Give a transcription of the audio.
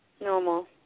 Normal